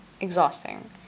exhausting